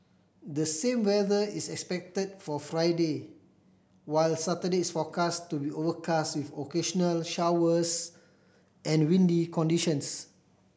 the same weather is expected for Friday while Saturday is forecast to be overcast with occasional showers and windy conditions